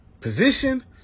position